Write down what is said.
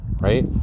right